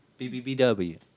BBBW